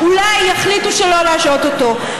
אולי להחליט שלא להשעות אותו.